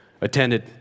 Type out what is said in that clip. attended